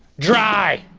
dry!